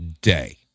day